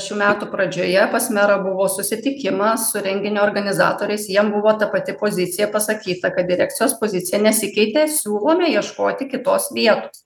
šių metų pradžioje pas merą buvo susitikimas su renginio organizatoriais jiem buvo ta pati pozicija pasakyta kad direkcijos pozicija nesikeitė siūlome ieškoti kitos vietos